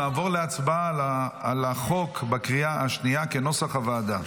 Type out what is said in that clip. נעבור להצבעה בקריאה השנייה על החוק כנוסח הוועדה.